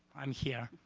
i'm here.